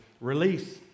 Release